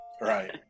Right